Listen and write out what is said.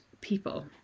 people